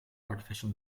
artificial